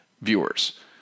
viewers